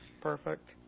Perfect